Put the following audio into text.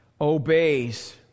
obeys